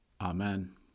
Amen